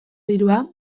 dirua